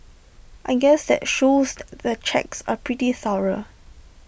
I guess that shows the checks are pretty thorough